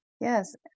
Yes